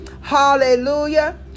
Hallelujah